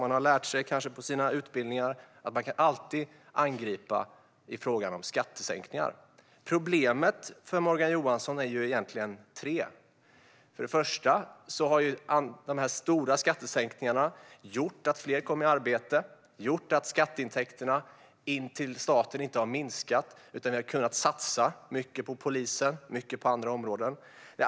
De har lärt sig, kanske på sina utbildningar, att de alltid kan angripa skattesänkningar. Problemen för Morgan Johansson är tre. För det första har de stora skattesänkningarna gjort att fler har kommit i arbete och att skatteintäkterna in till staten inte har minskat, utan vi har kunnat satsa mycket på polisen och andra områden.